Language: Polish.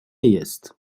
jest